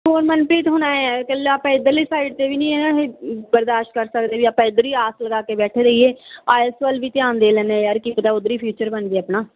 ਹੋਰ ਮਨਪ੍ਰੀਤ ਹੁਣ ਆਏ ਆ ਇਕੱਲਾਂ ਆਪਾਂ ਇਧਰਲੀ ਸਾਈਡ 'ਤੇ ਵੀ ਨਾ ਇਹ ਬਰਦਾਸ਼ਤ ਕਰ ਸਕਦੇ ਵੀ ਆਪਾਂ ਇੱਧਰ ਹੀ ਆਸ ਲਗਾ ਕੇ ਬੈਠੇ ਰਹੀਏ ਆਇਲਸ ਵੱਲ ਵੀ ਧਿਆਨ ਦੇ ਲੈਂਦੇ ਹਾਂ ਯਾਰ ਕੀ ਪਤਾ ਉੱਧਰ ਹੀ ਫਿਊਚਰ ਬਣ ਜਾਏ ਆਪਣਾ